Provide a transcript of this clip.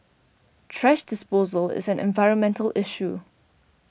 thrash disposal is an environmental issue